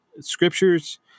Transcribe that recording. scriptures